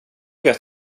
vet